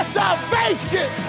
salvation